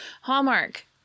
Hallmark